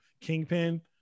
Kingpin